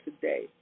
today